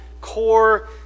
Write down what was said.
core